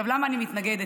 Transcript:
למה אני מתנגדת?